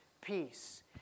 peace